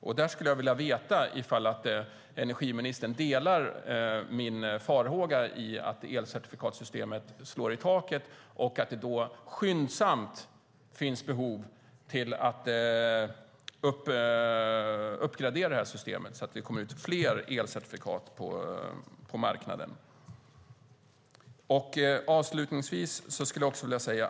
Jag skulle vilja veta om energiministern delar min farhåga om att elcertifikatssystemet slår i taket och att det då skyndsamt finns behov av att uppgradera systemet så att det kommer ut fler elcertifikat på marknaden.